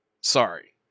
sorry